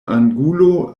angulo